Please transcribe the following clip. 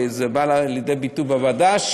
וזה בא לידי ביטוי בוועדה,